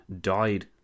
died